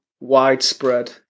Widespread